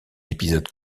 épisode